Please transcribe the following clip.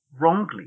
wrongly